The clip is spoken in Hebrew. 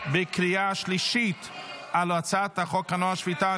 בקריאה השלישית על הצעת חוק הנוער (שפיטה,